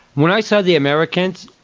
when i saw the americans,